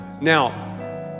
Now